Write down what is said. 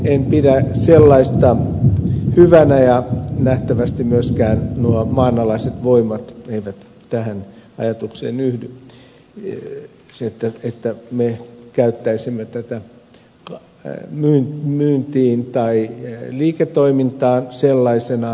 en pidä sellaista hyvänä ja nähtävästi myöskään nuo maanalaiset voimat eivät yhdy tähän ajatukseen että me käyttäisimme tätä myyntiin tai liiketoimintaan sellaisenaan